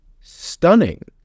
stunning